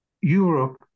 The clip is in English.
Europe